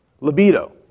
Libido